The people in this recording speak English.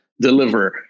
Deliver